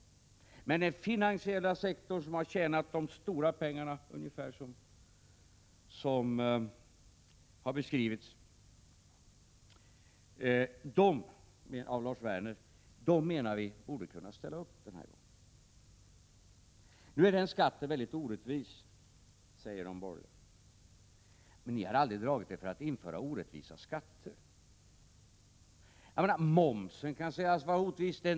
Vi menar att den finansiella sektorn, som har tjänat de stora pengarna på ungefär det sätt som har beskrivits av Lars Werner, borde kunna ställa upp den här gången. De borgerliga säger att skatten är väldigt orättvis. Men ni har aldrig dragit er för att införa orättvisa skatter. Momsen kan sägas vara orättvis.